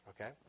Okay